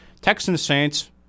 Texans-Saints